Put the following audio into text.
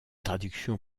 traductions